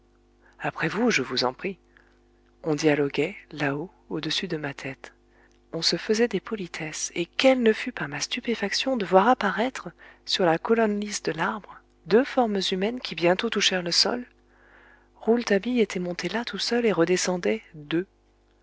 après vous je vous prie on dialoguait là-haut au-dessus de ma tête on se faisait des politesses et quelle ne fut pas ma stupéfaction de voir apparaître sur la colonne lisse de l'arbre deux formes humaines qui bientôt touchèrent le sol rouletabille était monté là tout seul et redescendait deux